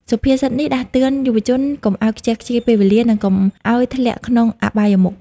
សុភាសិតនេះដាស់តឿនយុវជនកុំឱ្យខ្ជះខ្ជាយពេលវេលា និងកុំឱ្យធ្លាក់ក្នុងអបាយមុខ។